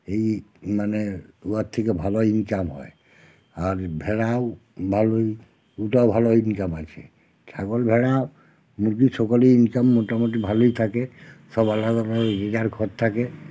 এই মানে উহার থেকে ভালো ইনকাম হয় আর ভেড়াও ভালো উটাও ভালো ইনকাম আছে ছাগল ভেড়াও মুরগি সকলই ইনকাম মোটামুটি ভালোই থাকে সব আলাদা আলাদা যে যার ঘর থাকে